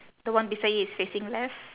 the one beside it is facing left